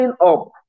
up